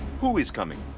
who is coming?